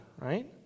right